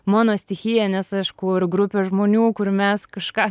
mano stichija nes aš kur grupė žmonių kur mes kažką